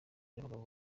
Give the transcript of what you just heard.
abagabo